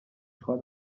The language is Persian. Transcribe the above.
خواد